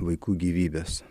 vaikų gyvybes